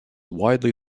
widely